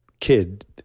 kid